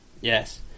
Yes